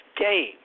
game